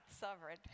sovereign